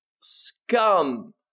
scum